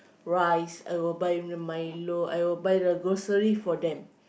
rice I will buy the Milo I will buy the grocery